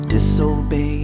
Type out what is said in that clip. Disobey